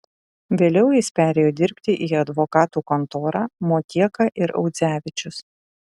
vėliau jis perėjo dirbti į advokatų kontorą motieka ir audzevičius